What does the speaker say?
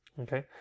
Okay